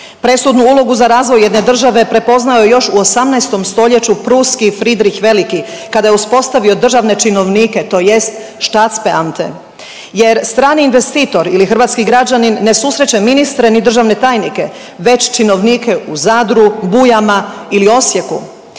Presudnu ulogu za razvoj jedne države prepoznao je još u 18. stoljeću pruski Fridrik Veliki kada je uspostavio državne činovnike tj. statzbeamte jer strani investitor ili hrvatski građanin ne susreće ministre ni državne tajnike već činovnike u Zadru, Bujama ili Osijeku.